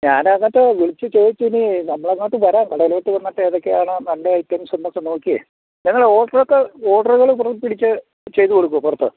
ഞാൻ അങ്ങോട്ട് വിളിച്ചു ചോദിച്ചത് ന്നേ നമ്മൾ അങ്ങോട്ട് വരാം കടയിലോട്ട് വന്നിട്ട് ഏതൊക്കെയാണ് നല്ല ഐറ്റംസ് എന്നൊക്കെ നോക്കി നിങ്ങൾ ഓര്ഡര് ഒക്കെ ഓര്ഡര് ഒക്കെ പിടിച്ചു ചെയ്തു കൊടുക്കുമോ പുറത്ത്